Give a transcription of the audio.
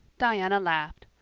diana laughed.